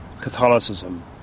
Catholicism